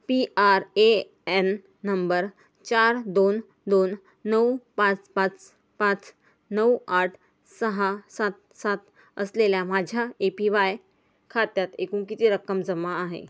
P R A N नंबर चार दोन दोन नऊ पाच पाच पाच नऊ आठ सहा सात सात असलेल्या माझ्या ए पी वाय खात्यात एकूण किती रक्कम जमा आहे